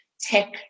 tech